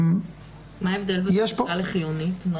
מה ההבדל בין דרושה לחיונית?